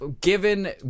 given